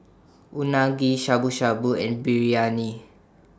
Unagi Shabu Shabu and Biryani